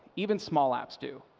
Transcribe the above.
even small apps do,